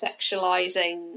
sexualizing